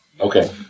Okay